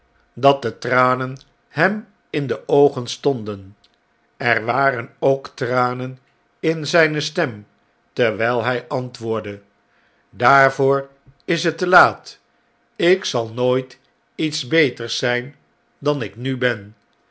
dat de tranen hem in de oogen stonden er waren ook tranen in zjjne stem terwijl hij antwoordde daarvoor is het te laat ik zal nooit iets b eters zijn dan ik nu ben